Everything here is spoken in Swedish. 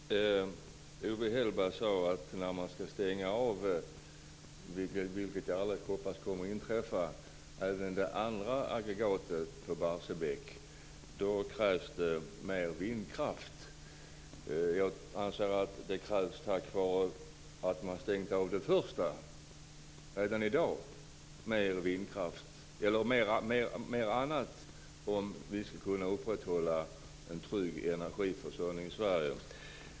Fru talman! Owe Hellberg sade att när man ska stänga av även det andra aggregatet i Barsebäck - vilket jag hoppas aldrig kommer att inträffa - krävs det mer vindkraft. Jag anser att det krävs mer annan energi redan i dag på grund av att man har stängt av det första aggregatet om vi ska kunna upprätthålla en trygg energiförsörjning i Sverige.